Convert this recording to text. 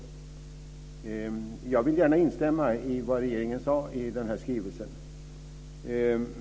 Jag vill gärna instämma i vad regeringen sade i denna skrivelse.